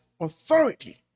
authority